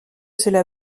cela